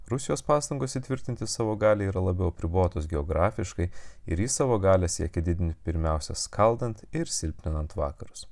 rusijos pastangos įtvirtinti savo galią yra labiau apribotos geografiškai ir ji savo galia siekia didinti pirmiausia skaldant ir silpninant vakarus